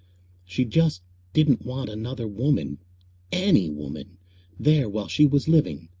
she just didn't want another woman any woman there while she was living.